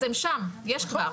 אז הם שם, יש כבר.